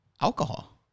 Alcohol